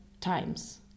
times